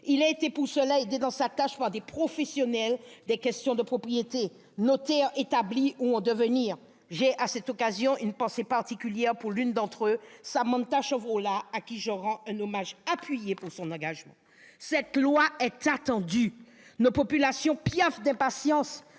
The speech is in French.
Il a été pour cela aidé dans sa tâche par des professionnels des questions de propriété, notaires, établis ou en devenir. J'ai à cette occasion une pensée particulière pour l'une d'entre eux, Samantha Chevrolat, à laquelle je rends un hommage appuyé aujourd'hui pour son engagement. Cette loi est attendue. Nos populations piaffent d'impatience.